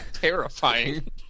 terrifying